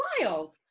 wild